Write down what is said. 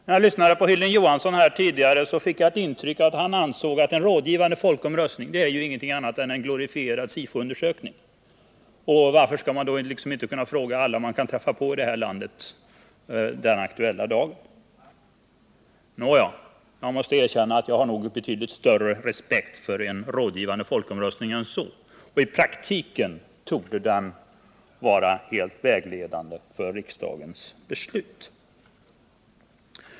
När jag lyssnade till Hilding Johansson fick jag ett intryck av att han ansåg att en rådgivande folkomröstning är ingenting annat än en glorifierad SIFO-undersökning och att man kunde fråga alla man träffar på i detta land den aktuella dagen. Nåja, jag måste erkänna att jag nog har betydligt större respekt för en rådgivande folkomröstning än så, och i praktiken torde den vara helt vägledande för riksdagens beslut.